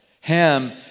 Ham